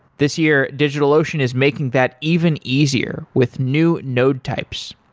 this year, digitalocean is making that even easier with new node types.